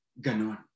Ganon